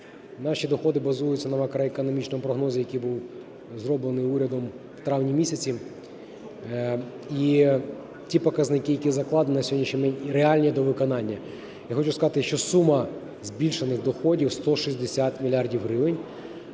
Наші доходи базуються на макроекономічному прогнозі, який був зроблений урядом у травні місяці. І ті показники, які закладені, на сьогоднішній день реальні до виконання. Я хочу сказати, що сума збільшених доходів 160 мільярдів